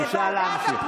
מגזימה.